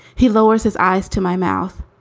he lowers his eyes to my mouth.